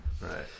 Right